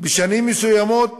בשנים מסוימות